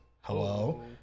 hello